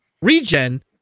Regen